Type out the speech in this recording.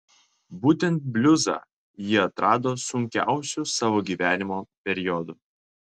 būtent bliuzą ji atrado sunkiausiu savo gyvenimo periodu